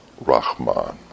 Rahman